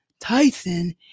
Tyson